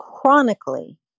chronically